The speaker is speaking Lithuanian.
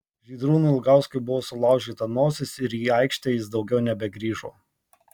žydrūnui ilgauskui buvo sulaužyta nosis ir į aikštę jis daugiau nebegrįžo